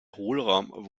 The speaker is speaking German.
hohlraum